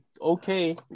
okay